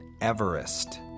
Everest